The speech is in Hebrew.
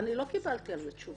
אני לא קיבלתי על זה תשובה.